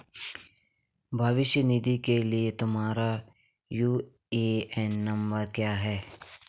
भविष्य निधि के लिए तुम्हारा यू.ए.एन नंबर क्या है?